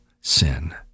sin